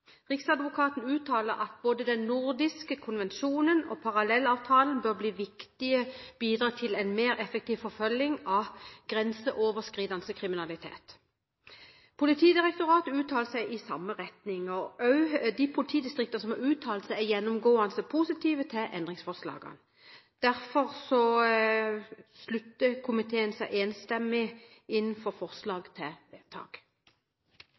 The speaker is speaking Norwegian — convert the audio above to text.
Riksadvokaten uttaler at både den nordiske konvensjonen og parallellavtalen bør bli viktige bidrag til en mer effektiv forfølging av grenseoverskridende kriminalitet. Politidirektoratet uttaler seg i samme retning, og også de politidistriktene som har uttalt seg, er gjennomgående positive til endringsforslagene. Derfor går komiteen enstemmig inn for forslagene til vedtak.